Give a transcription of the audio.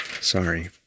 Sorry